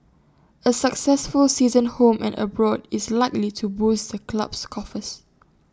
A successful season home and abroad is likely to boost the club's coffers